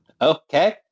Okay